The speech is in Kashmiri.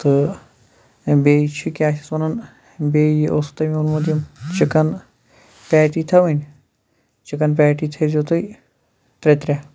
تہٕ یا بیٚیہِ چھِ کیٛاہ چھِس وَنان بیٚیہِ اوسوُ تۄہہِ مےٚ ووٚنمُت یِم چِکَن پیتی تھاوٕنۍ چِکَن پیٹی تھٔےزیو تُہۍ ترٛےٚ ترٛےٚ